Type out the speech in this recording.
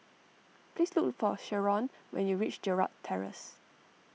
please look for Sheron when you reach Gerald Terrace